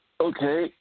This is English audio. okay